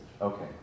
Okay